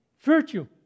virtue